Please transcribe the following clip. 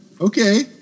okay